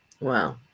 Wow